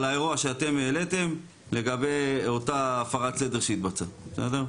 האירוע שאתם העליתם לגבי אותה הפרת סדר שהתבצעה.